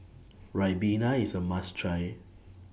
Ribena IS A must Try